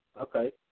okay